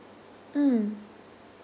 mm